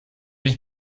ich